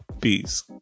peace